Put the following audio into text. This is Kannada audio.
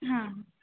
ಹಾಂ